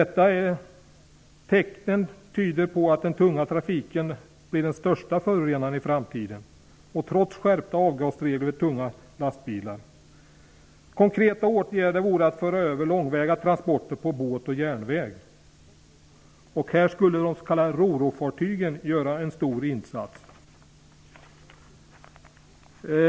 Tecknen tyder på att den tunga trafiken blir den största förorenaren i framtiden, trots skärpta avgasregler för tunga lastbilar. Konkreta förbättrande åtgärder vore att föra över långväga transporter till båt och järnväg. Härvidlag skulle de s.k. ro-ro-fartygen kunna göra en stor insats.